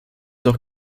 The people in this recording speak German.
doch